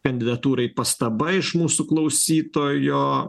kandidatūrai pastaba iš mūsų klausytojo